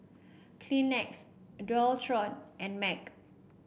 Kleenex Dualtron and MAG